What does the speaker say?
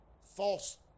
false